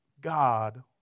God